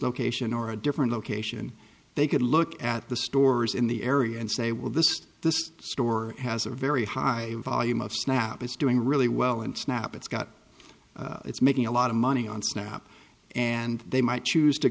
location or a different location they could look at the stores in the area and say well this this store has the very high volume of snap is doing really well in snap it's got it's making a lot of money on snap and they might choose to